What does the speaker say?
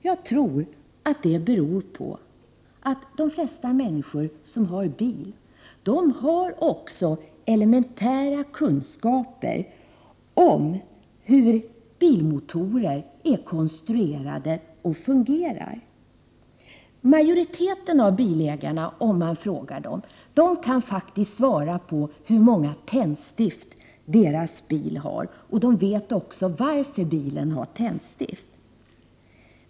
Jag tror att det beror på att de flesta människor som har bil också har elementära kunskaper i hur bilmotorer är konstruerade och fungerar. Majoriteten av bilägarna, om man frågar dem, kan faktiskt svara på hur många tändstift deras bil har. De vet också varför bilen har tändstift.